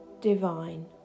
divine